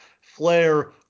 Flair